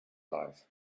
life